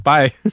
Bye